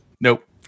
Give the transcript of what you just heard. Nope